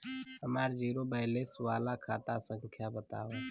हमार zero balance वाला खाता संख्या वतावा?